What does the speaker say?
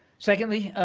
secondly,